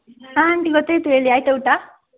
ಹಾಂ ಆಂಟಿ ಗೊತ್ತಾಯಿತು ಹೇಳಿ ಆಯಿತಾ ಊಟ